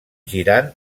girant